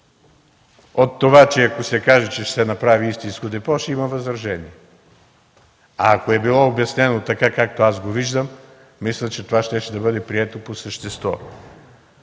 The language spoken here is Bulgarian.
от това, че ако се каже, че ще се направи истинско депо, ще има възражения. Ако е било обяснено така, както го виждам, мисля, че това щеше да бъде прието по същество.